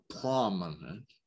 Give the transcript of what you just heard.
prominent